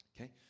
Okay